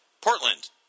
Portland